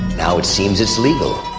now it seems, it's legal,